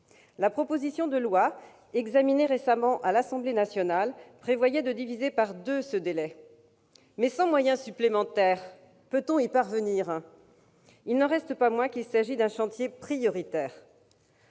la proposition de loi examinée récemment à l'Assemblée nationale prévoyaient de diviser par deux ce délai. Sans moyen supplémentaire peut-on y parvenir ? Quoi qu'il en soit, il s'agit d'un chantier prioritaire.